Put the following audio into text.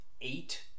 eight